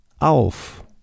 auf